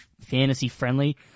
fantasy-friendly